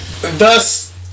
Thus